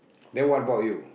then what about you